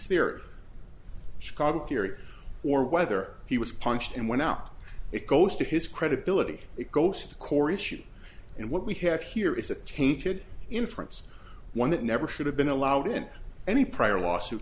chicago theory or whether he was punched in went out it goes to his credibility it goes to the core issue and what we have here is a tainted inference one that never should have been allowed in any prior lawsuit